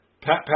Pat